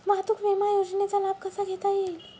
वाहतूक विमा योजनेचा लाभ कसा घेता येईल?